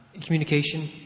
Communication